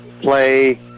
play